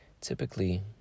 Typically